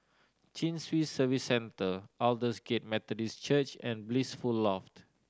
Chin Swee Service Centre Aldersgate Methodist Church and Blissful Loft